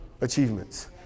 achievements